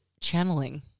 channeling